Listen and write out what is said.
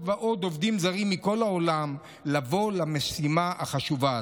ועוד עובדים זרים מכל העולם לבוא למשימה החשובה הזו.